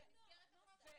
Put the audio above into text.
אז זה לא מונע את